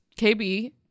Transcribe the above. KB